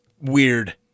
weird